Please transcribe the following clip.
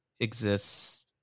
exists